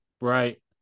right